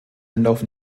anlauf